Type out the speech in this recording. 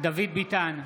דוד ביטן,